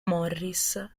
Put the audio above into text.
morris